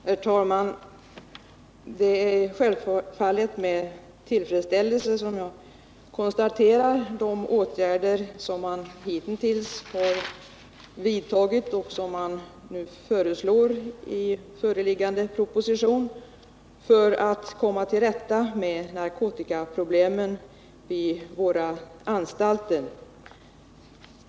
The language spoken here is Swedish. Herr talman! Det är självfallet med tillfredsställelse jag konstaterar vilka åtgärder som hittills vidtagits och som nu föreslås i propositionen för att komma till rätta med narkotikaproblemet vid våra anstalter.